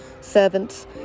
servants